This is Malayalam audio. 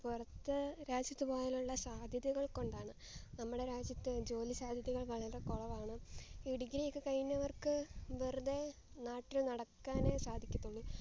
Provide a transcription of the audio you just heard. പുറത്തു രാജ്യത്തു പോയാലുള്ള സാദ്ധ്യതകൾ കൊണ്ടാണ് നമ്മുടെ രാജ്യത്ത് ജോലിസാദ്ധ്യതകൾ വളരെ കുറവാണ് ഈ ഡിഗ്രിയൊക്കെ കഴിഞ്ഞവർക്ക് വെറുതെ നാട്ടിൽ നടക്കാനെ സാധിക്കത്തുള്ളൂ